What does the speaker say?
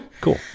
cool